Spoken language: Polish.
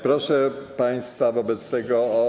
Proszę państwa, wobec tego o.